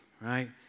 right